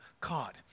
caught